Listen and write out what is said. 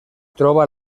troba